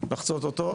לחצות אותו.